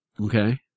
Okay